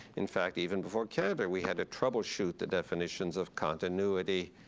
in fact, even before cantor, we had to troubleshoot the definitions of continuity,